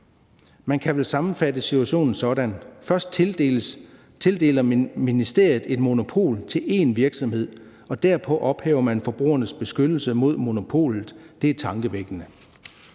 »Man kan vel sammenfatte situationen sådan: først tildeler ministeriet et monopol til en virksomhed, og derpå ophæver man forbrugernes beskyttelse mod monopolet. Det er tankevækkende.«